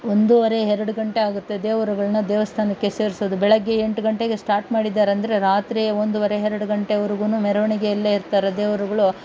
ಒಂದೂವರೆ ಎರಡು ಗಂಟೆ ಆಗುತ್ತೆ ದೇವರುಗಳ್ನ ದೇವಸ್ಥಾನಕ್ಕೆ ಸೇರಿಸೋದು ಬೆಳಿಗ್ಗೆ ಎಂಟು ಗಂಟೆಗೆ ಸ್ಟಾರ್ಟ್ ಮಾಡಿದ್ದರಂದ್ರೆ ರಾತ್ರಿ ಒಂದೂವರೆ ಎರಡು ಗಂಟೆವರ್ಗೂ ಮೆರವಣಿಗೆಯಲ್ಲೇ ಇರ್ತಾರೆ ದೇವರುಗಳು